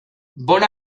bon